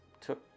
took